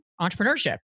entrepreneurship